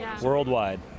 worldwide